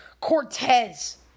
Cortez